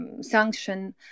sanction